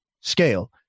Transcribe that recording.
scale